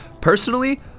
personally